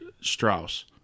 strauss